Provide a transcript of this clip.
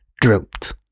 drooped